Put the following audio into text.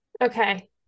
okay